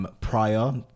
prior